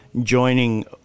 joining